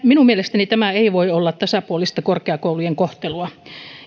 minun mielestäni tämä ei voi olla tasapuolista korkeakoulujen kohtelua